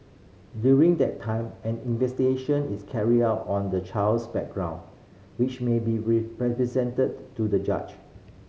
during that time an investigation is carried out on the child's background which may be presented to the judge